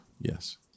yes